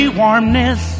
warmness